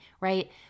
right